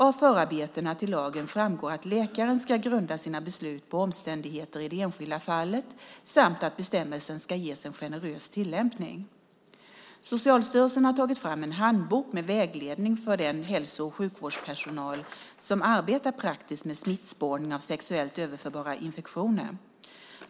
Av förarbetarna till lagen framgår att läkaren ska grunda sina beslut på omständigheter i det enskilda fallet samt att bestämmelserna ska ges en generös tillämpning. Socialstyrelsen har tagit fram en handbok med vägledning för den hälso och sjukvårdspersonal som arbetar praktiskt med smittspårning av sexuellt överförbara infektioner.